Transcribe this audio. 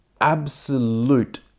absolute